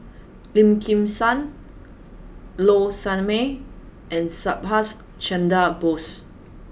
Lim Kim San Low Sanmay and Subhas Chandra Bose